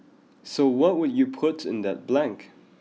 so what would you put in that blank